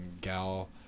Gal